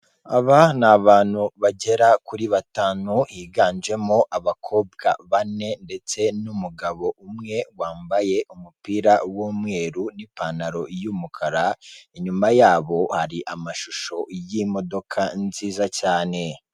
Aba ni abantu bagera kuri batanu higanjemo abakobwa bane ndetse n'umugabo umwe wambaye umupira w'umweru n'ipantaro y'umukara, inyuma yabo hari amashusho y'imodoka nziza cyane.